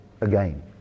again